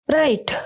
right